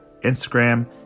Instagram